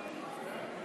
בפנים?